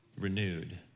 renewed